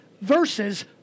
versus